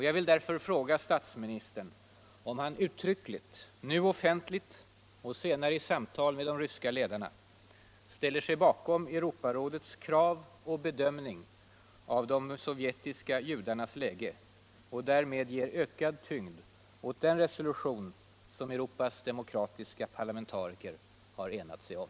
Jag vill därför fråga statsministern om han uttryckligen — nu offentligt och senare i samtal med de ryska ledarna — ställer sig bakom Europarådets krav och bedömning av de sovjetiska judarnas läge och därmed ger ökad tyngd åt den resolution som Europas demokratiska parlamentariker har enat sig om.